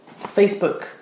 Facebook